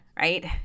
Right